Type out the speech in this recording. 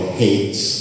hates